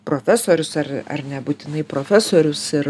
profesorius ar ar nebūtinai profesorius ir